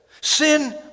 Sin